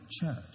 church